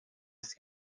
است